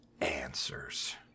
answers